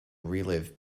relive